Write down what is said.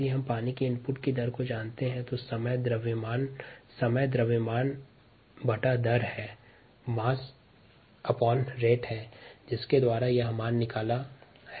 यदि हम पानी के रेट ऑफ इनपुट को जानते हैं तो हम समय बराबर द्रव्यमान दर स्लाइड समय 1523 सूत्र का उपयोग करके यह मान निकला है